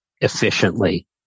efficiently